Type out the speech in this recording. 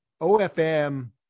OFM